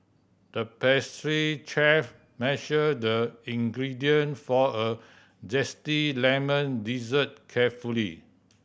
the pastry chef measured the ingredient for a zesty lemon dessert carefully